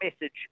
message